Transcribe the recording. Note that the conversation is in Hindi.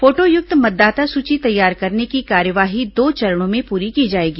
फोटोयुक्त मतदाता सूची तैयार करने की कार्यवाही दो चरणों में पूरी की जाएगी